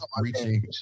reaching